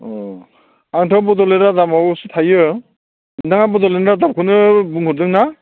अह आंथ' बड'लेण्ड रादाब माबायावसो थायो नोंथाङा बड'लेण्ड रादाबखौनो बुंहरदों ना